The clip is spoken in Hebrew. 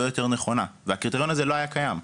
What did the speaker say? יותר נכונה והקריטריון הזה לא היה קיים.